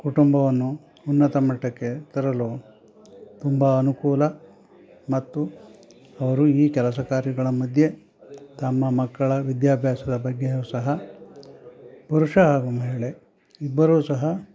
ಕುಟುಂಬವನ್ನು ಉನ್ನತ ಮಟ್ಟಕ್ಕೆ ತರಲು ತುಂಬ ಅನುಕೂಲ ಮತ್ತು ಅವರು ಈ ಕೆಲಸ ಕಾರ್ಯಗಳ ಮಧ್ಯೆ ತಮ್ಮ ಮಕ್ಕಳ ವಿದ್ಯಾಭ್ಯಾಸದ ಬಗ್ಗೆಯು ಸಹ ಪುರುಷ ಹಾಗೂ ಮಹಿಳೆ ಇಬ್ಬರೂ ಸಹ